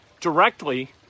directly